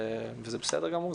וזה בסדר גמור.